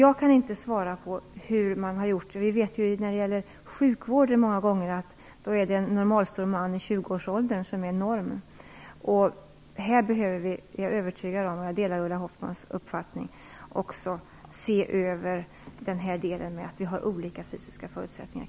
Jag kan inte svara på hur man har gjort. När det gäller sjukvården vet vi att normen många gånger är en normalstor man i 20-års åldern. Jag delar Ulla Hoffmanns uppfattning. Vi måste ta i beaktande att kvinnor och män har olika fysiska förutsättningar.